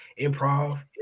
improv